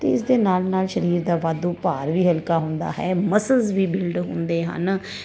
ਤੇ ਇਸ ਦੇ ਨਾਲ ਨਾਲ ਸਰੀਰ ਦਾ ਵਾਧੂ ਭਾਰ ਵੀ ਹਲਕਾ ਹੁੰਦਾ ਹੈ ਮਸਲਜ ਵੀ ਬਿਲਡ ਹੁੰਦੇ ਹਨ